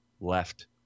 left